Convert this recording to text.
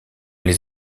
les